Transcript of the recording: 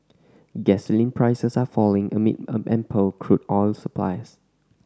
gasoline prices are falling amid ample crude oil supplies